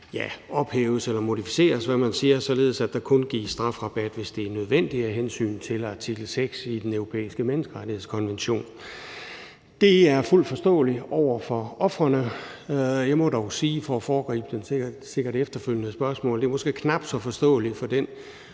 som ophæves eller modificeres, hvad man nu siger, således at der kun gives strafrabat, hvis det er nødvendigt af hensyn til artikel 6 i Den Europæiske Menneskerettighedskonvention. Det er fuldt forståeligt i forhold til ofrene. Jeg må dog sige – for sikkert at foregribe de efterfølgende spørgsmål – at det måske er knap så forståeligt for den